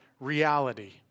reality